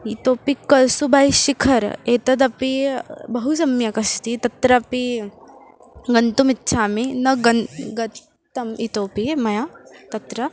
इतोऽपि कल्सुबाय् शिखर् एतदपि बहु सम्यक् अस्ति तत्रापि गन्तुम् इच्छामि न गन् गतम् इतोपि मया तत्र